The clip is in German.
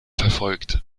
verfolgt